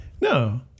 No